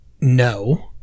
no